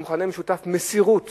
המכנה המשותף הוא מסירות